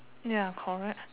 ya correct